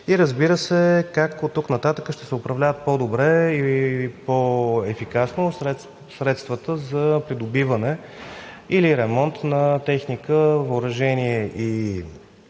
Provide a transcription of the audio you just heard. и, разбира се, как оттук нататък ще се управляват по-добре и по-ефикасно средствата за придобиване или ремонт на техника, въоръжения и